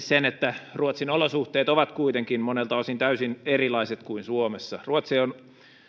sen että ruotsin olosuhteet ovat kuitenkin monelta osin täysin erilaiset kuin suomessa